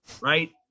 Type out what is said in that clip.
Right